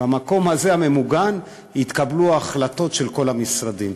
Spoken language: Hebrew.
במקום הזה, הממוגן, התקבלו ההחלטות של כל המשרדים.